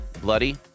bloody